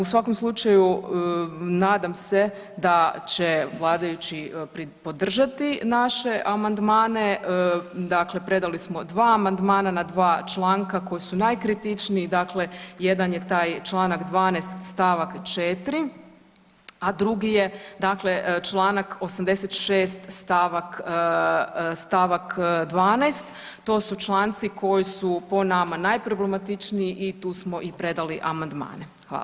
U svakom slučaju nadam se da će vladajući podržati naše amandmane, dakle predali smo dva amandmana na dva članka koji su najkritičniji, dakle jedan je taj čl. 12. st. 4., a drugi je dakle čl. 86. st. 12., to su članci koji su po nama najproblematičniji i tu smo i predali amandmane.